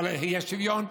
אבל יהיה שוויון,